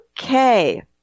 Okay